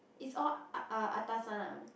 it's all a~ atas one ah